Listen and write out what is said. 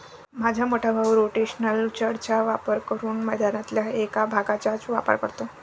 माझा मोठा भाऊ रोटेशनल चर चा वापर करून मैदानातल्या एक भागचाच वापर करतो